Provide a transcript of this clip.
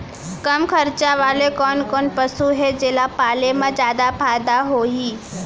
कम खरचा वाले कोन कोन पसु हे जेला पाले म जादा फायदा होही?